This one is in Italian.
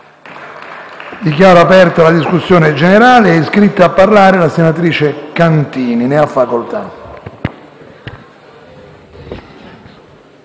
Dichiaro aperta la discussione generale. È iscritta a parlare la senatrice Cantini. Ne ha facoltà.